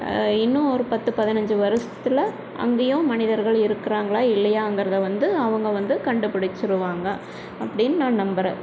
இன்னும் ஒரு பத்து பதனஞ்சு வருஷத்துல அங்கேயும் மனிதர்கள் இருக்கிறாங்களா இல்லையாங்கிறத வந்து அவங்க வந்து கண்டுப் பிடிச்சிருவாங்க அப்படின்னு நான் நம்புகிறேன்